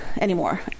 anymore